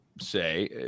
say